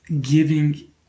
giving